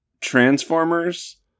Transformers